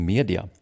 Media